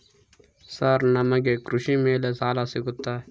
Sir ನಮಗೆ ಕೃಷಿ ಮೇಲೆ ಸಾಲ ಸಿಗುತ್ತಾ?